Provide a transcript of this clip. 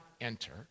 enter